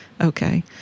Okay